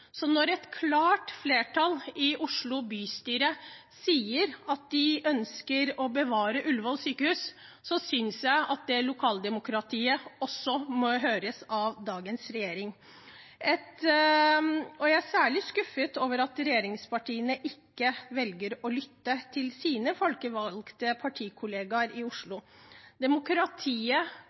Så når et klart flertall i Oslo bystyre sier at de ønsker å bevare Ullevål sykehus, synes jeg at det lokaldemokratiet også må høres av dagens regjering. Jeg er særlig skuffet over at regjeringspartiene ikke velger å lytte til sine folkevalgte partikollegaer i Oslo. Demokratiet